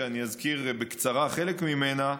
שאני אזכיר בקצרה חלק ממנה,